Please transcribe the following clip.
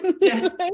yes